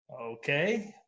Okay